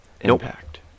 impact